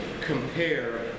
compare